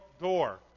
door